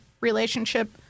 relationship